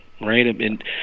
right